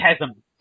chasm